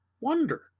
wonder